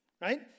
Right